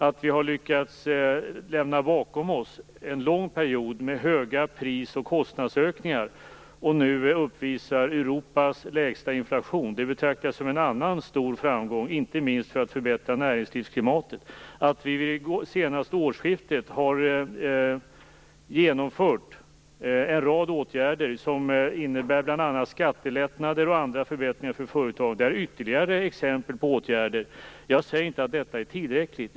Att vi har lyckats att lämna bakom oss en lång period med stora pris och kostnadsökningar och nu uppvisar Europas lägsta inflation betraktar jag som en annan stor framgång, inte minst när det gäller att förbättra näringslivsklimatet. Att vi vid det senaste årsskiftet genomförde en rad åtgärder som innebär bl.a. skattelättnader och andra förbättringar för företagen är ytterligare exempel på åtgärder. Jag säger inte att detta är tillräckligt.